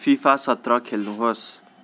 FIFA सत्र खोल्नुहोस्